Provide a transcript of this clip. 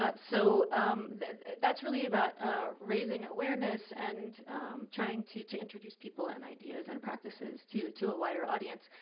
ah so that's really about ah raising awareness and trying to to introduce people and ideas and practices to to a wider audience.